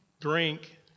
drink